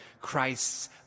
Christ's